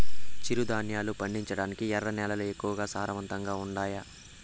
చిరుధాన్యాలు పండించటానికి ఎర్ర నేలలు ఎక్కువగా సారవంతంగా ఉండాయా